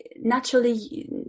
naturally